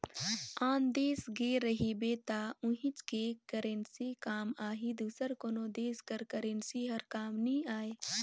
आन देस गे रहिबे त उहींच के करेंसी काम आही दूसर कोनो देस कर करेंसी हर काम नी आए